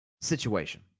situation